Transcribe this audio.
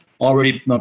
already